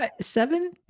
seven